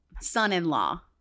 Son-in-Law